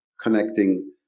connecting